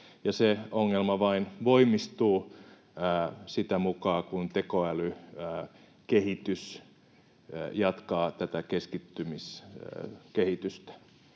se ongelma vain voimistuu sitä mukaa, kun tekoälykehitys jatkaa tätä keskittymiskehitystä.